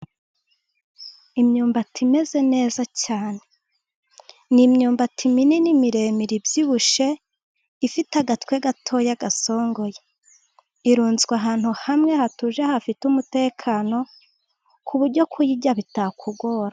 Imyumbati imeze neza cyane, ni imyumbati minini, miremire, iby' ibushe, ifite agatwe gato gasongoye, irunzwe ahantu hamwe hatuje hafite umutekano ku buryo kuyirya bitakugora.